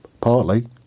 partly